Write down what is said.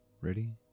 Ready